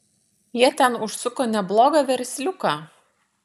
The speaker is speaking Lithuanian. jie ten užsuko neblogą versliuką